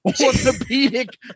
orthopedic